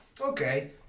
okay